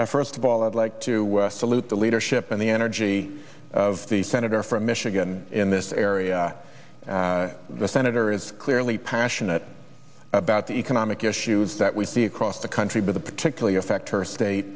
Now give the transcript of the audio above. first of all i'd like to salute the leadership in the energy of the senator from michigan in this area the senator is clearly passionate about the economic issues that we see across the country but the particularly affect her state